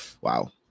wow